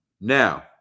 now